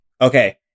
Okay